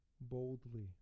boldly